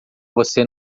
você